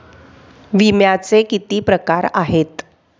विम्याचे किती प्रकार आहेत?